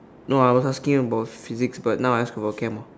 no I was asking about physic but now I ask about Chem ah